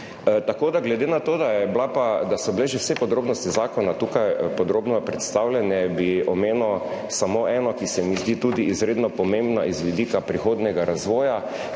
Glede na to, da so bile že vse podrobnosti zakona tukaj podrobno predstavljene, bi omenil samo eno, ki se mi tudi zdi izredno pomembna z vidika prihodnjega razvoja,